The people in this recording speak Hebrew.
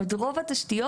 ברוב התשתיות,